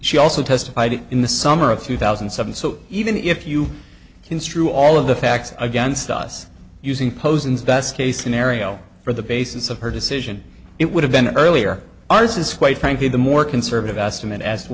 she also testified in the summer of two thousand and seven so even if you construe all of the facts against us using posing as a best case scenario for the basis of her decision it would have been earlier ours is quite frankly the more conservative estimate as